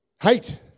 hate